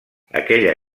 aquella